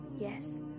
yes